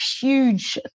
Huge